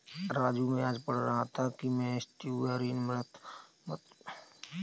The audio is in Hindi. राजू मैं आज पढ़ रहा था कि में एस्टुअरीन मत्स्य सिर्फ नदियों और बड़े झीलों का इस्तेमाल होता है